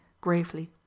gravely